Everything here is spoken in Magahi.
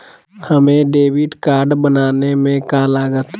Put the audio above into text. हमें डेबिट कार्ड बनाने में का लागत?